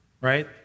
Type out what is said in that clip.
right